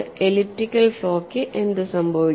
elliptical ഫ്ലോയ്ക്ക് എന്ത് സംഭവിക്കും